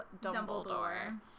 Dumbledore